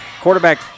Quarterback